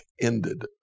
ended